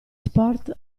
sport